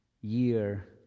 year